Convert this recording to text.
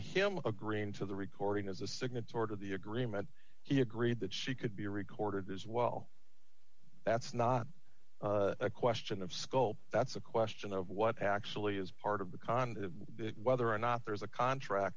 him agreeing to the recording as a signatory to the agreement he agreed that she could be recorded as well that's not a question of scope that's a question of what actually is part of the con whether or not there is a contract